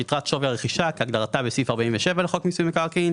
"יתרת שווי הרכישה" כהגדרתה בסעיף 47 לחוק מיסוי מקרקעין.